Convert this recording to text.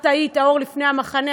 את היית האור לפני המחנה,